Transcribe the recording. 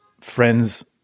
friends